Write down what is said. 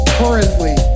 currently